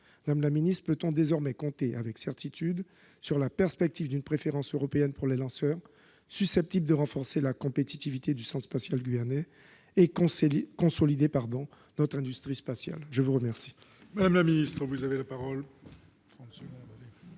Madame la ministre, peut-on désormais compter avec certitude sur la perspective d'une préférence européenne pour les lanceurs, susceptible de renforcer la compétitivité du Centre spatial guyanais et de consolider notre industrie spatiale ? La parole